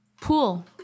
Pool